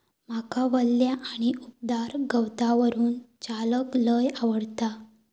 माका वल्या आणि उबदार गवतावरून चलाक लय आवडता